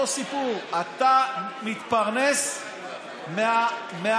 אותו סיפור: אתה מתפרנס מהברדק,